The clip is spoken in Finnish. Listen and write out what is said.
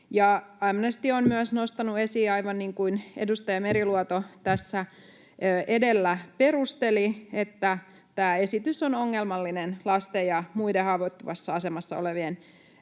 esiin myös — aivan niin kuin edustaja Meriluoto tässä edellä perusteli — että tämä esitys on ongelmallinen lasten ja muiden haavoittuvassa asemassa olevien henkilöiden